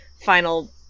final